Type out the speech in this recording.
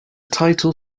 title